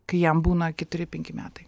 kai jam būna keturi penki metai